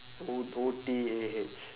O O T A H